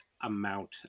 amount